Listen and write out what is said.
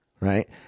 Right